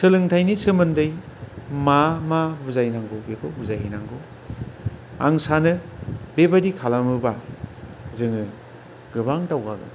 सोलोंथाइनि सोमोन्दै मा मा बुजायनांगौ बेखौ बुजायहैनांगौ आं सानो बेबादि खालामोबा जोङो गोबां दावगागोन